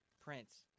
Prince